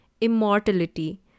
immortality